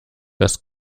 das